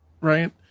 right